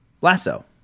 Lasso